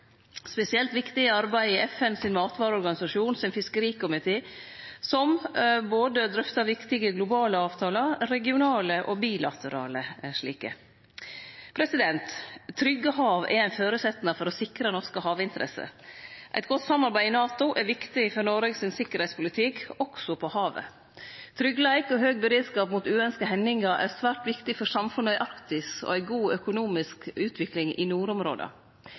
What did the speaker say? Spesielt viktig er arbeidet i fiskerikomiteen i FNs matvareorganisasjon , som drøftar både viktige globale, regionale og bilaterale avtalar. Trygge hav er ein føresetnad for å sikre norske havinteresser. Eit godt samarbeid i NATO er viktig for Noreg sin sikkerheitspolitikk, også på havet. Tryggleik og høg beredskap mot uønskte hendingar er svært viktig for samfunna i Arktis og ei god økonomisk utvikling i